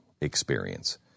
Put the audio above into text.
experience